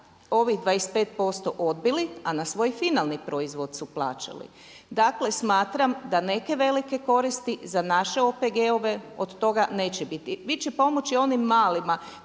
ovih 25% odbili, a na svoj finalni proizvod su plaćali. Dakle, smatram da neke velike koristi za naše OPG-ove od toga neće biti. Bit će pomoći onim malima